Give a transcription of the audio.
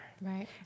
Right